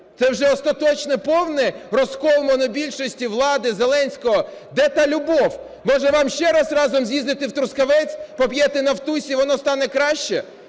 Це вже остаточний повний розкол монобільшості влади Зеленського. Де та любов? Може, вам ще раз разом з'їздити в Трускавець, поп'єте "Нафтусі" - і воно стане краще?